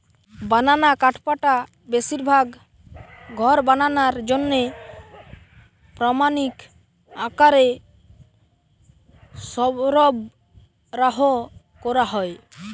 বানানা কাঠপাটা বেশিরভাগ ঘর বানানার জন্যে প্রামাণিক আকারে সরবরাহ কোরা হয়